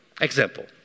Example